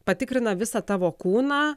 patikrina visą tavo kūną